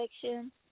section